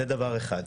זה דבר אחד.